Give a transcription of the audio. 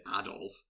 adolf